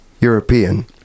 European